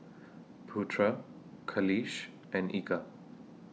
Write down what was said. Putra Khalish and Eka